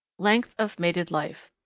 length of mated life.